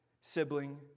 sibling